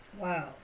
Wow